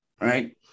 right